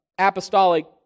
apostolic